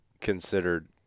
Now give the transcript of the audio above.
considered –